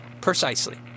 Precisely